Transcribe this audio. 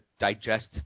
digest